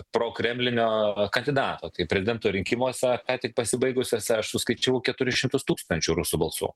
prokremlinio kandidato tai prezidento rinkimuose ką tik pasibaigusiose aš suskaičiavau keturis šimtus tūkstančių rusų balsų